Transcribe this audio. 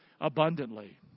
Abundantly